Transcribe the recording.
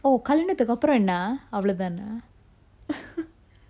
oh கல்யாணத்துக்கு அப்புறம் என்னா அவ்வளவு தானா:kalyanathukku appuram enna avvalavu thaana